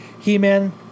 he-man